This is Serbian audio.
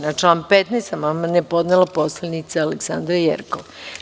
Na član 15. amandman je podnela narodna poslanica Aleksandra Jerkov.